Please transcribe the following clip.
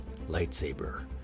lightsaber